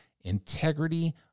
integrity